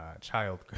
child